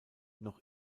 noch